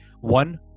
One